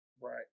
Right